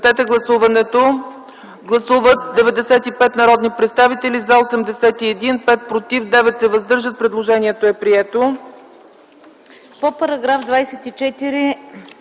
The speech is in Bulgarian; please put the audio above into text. Гласували 95 народни представители: за 81, против 5, въздържали се 9. Предложението е прието.